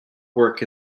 work